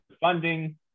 funding